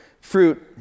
fruit